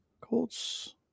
Colts